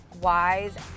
wise